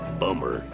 bummer